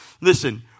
Listen